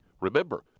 Remember